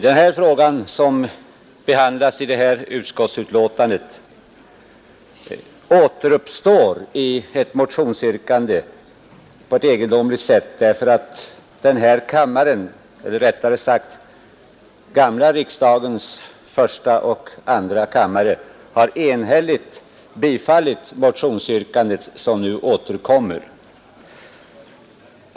Den fråga som behandlas i detta utskottsbetänkande har på ett mycket egendomligt sätt återuppstått ur ett tidigare motionsyrkande. Den gamla riksdagens första och andra kammare har enhälligt bifallit det motionsyrkande som nu återkommer.